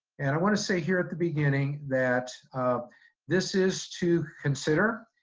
and i want to say here at the beginning, that this is to consider,